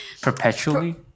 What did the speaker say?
Perpetually